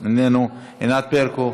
איננו, ענת ברקו,